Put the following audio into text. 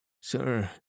Sir